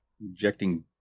injecting